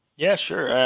yeah, sure.